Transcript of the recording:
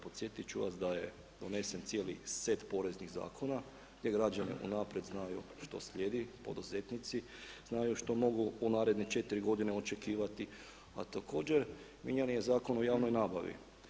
Podsjetit ću vas da je donesen cijeli set poreznih zakona gdje građani unaprijed znaju što slijedi, poduzetnici znaju što mogu u naredne četiri godine očekivati, a također mijenjan je Zakon o javnoj nabavi.